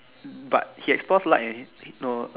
but he explores light and he he no